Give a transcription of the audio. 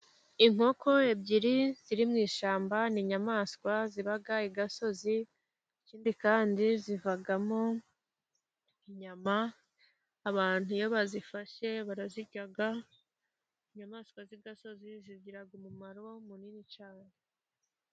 Inkoko ebyiri ziri mu ishyamba ni inyamaswa ziba i gasozi. Ikindi kandi zivamo inyama, abantu iyo bazifashe barazirya. Inyamaswa z'igasozi zigira umumaro munini cyane.